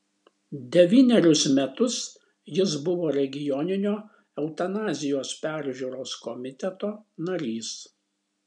devynerius metus jis buvo regioninio eutanazijos peržiūros komiteto narys